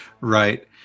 Right